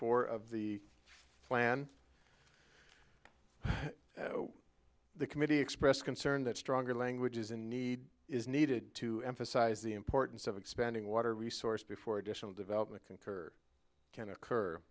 four of the plan the committee expressed concern that stronger language is in need is needed to emphasize the importance of expanding water resource before additional development can curb can occur